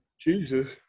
Jesus